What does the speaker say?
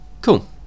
cool